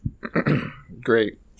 great